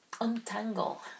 untangle